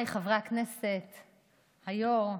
חבריי חברי הכנסת, היו"ר,